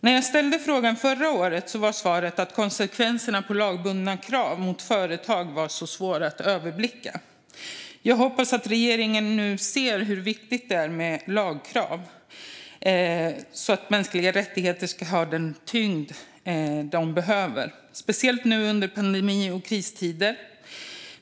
När jag ställde frågan förra året var svaret att konsekvenserna av lagbundna krav på företag var så svåra att överblicka. Jag hoppas att regeringen nu ser hur viktigt det är med lagkrav för att mänskliga rättigheter ska ha den tyngd de behöver, speciellt nu under pandemi och kristider.